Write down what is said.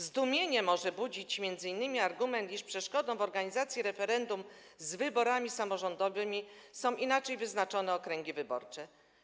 Zdumienie może budzić m.in. argument, iż przeszkodą w organizacji referendum z wyborami samorządowymi są inaczej wyznaczone okręgi wyborcze.